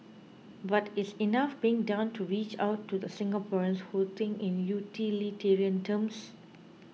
but is enough being done to reach out to the Singaporeans who think in utilitarian terms